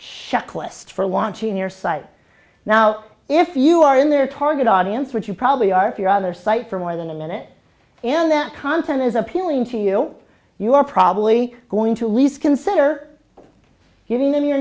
shock list for launching your site now if you are in their target audience which you probably are your other site for more than a minute in that content is appealing to you you are probably going to least consider giving them your